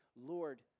Lord